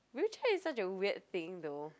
wheelchair is such a weird thing though